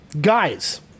guys